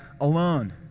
alone